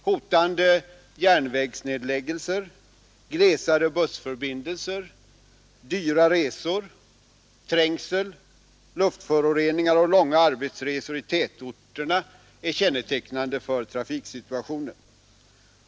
Hotande järnvägsnedläggelser, glesare bussförbindelser, dyra resor, trängsel, luftföroreningar och långa arbetsresor i tätorterna är kännetecknande för trafiksituationen.